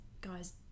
guy's